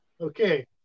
Okay